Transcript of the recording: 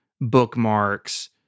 bookmarks